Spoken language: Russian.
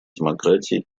демократии